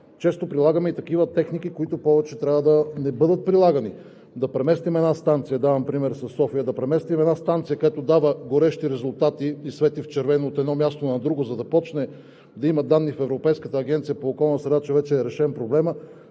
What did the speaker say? често прилагаме и такива техники, които повече не трябва да бъдат прилагани. Давам пример със София – да преместим една станция, която дава горещи резултати и свети в червено, от едно място на друго, за да започне да има данни в Европейската агенция по околна среда, че вече е решен проблемът,